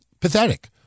pathetic